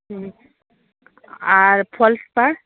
হুম আর ফলস পাড়